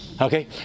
Okay